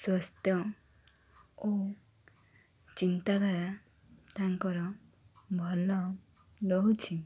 ସ୍ୱସ୍ଥ୍ୟ ଓ ଚିନ୍ତାଧାରା ତାଙ୍କର ଭଲ ରହୁଛି